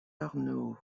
arnaud